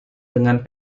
dengan